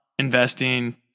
Investing